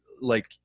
like-